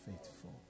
faithful